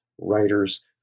writers